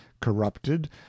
corrupted